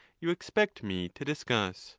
you expect me to discuss